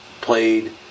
played